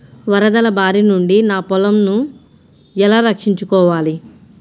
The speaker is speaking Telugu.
వరదల భారి నుండి నా పొలంను ఎలా రక్షించుకోవాలి?